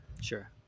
Sure